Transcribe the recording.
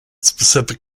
specific